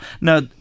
Now